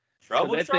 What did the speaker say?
trouble